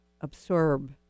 absorb